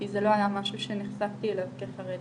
כי זה לא היה משהו שנחשפתי אליו כחרדית.